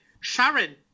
Sharon